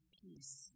peace